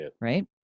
right